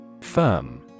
Firm